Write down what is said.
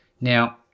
Now